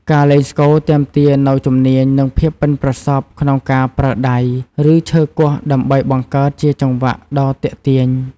ការលេងស្គរទាមទារនូវជំនាញ និងភាពប៉ិនប្រសប់ក្នុងការប្រើដៃ ឬឈើគោះដើម្បីបង្កើតជាចង្វាក់ដ៏ទាក់ទាញ។